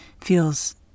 feels